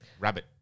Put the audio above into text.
rabbit